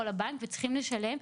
או לבנק וצריכים לשלם,